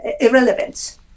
irrelevant